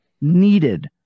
needed